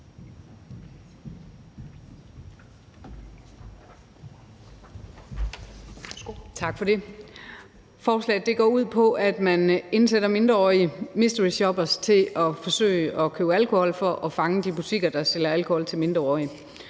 Tak for det. Forslaget går ud på, at man sætter mindreårige mysteryshoppere til at forsøge at købe alkohol for at fange de butikker, der sælger alkohol til mindreårige,